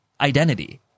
identity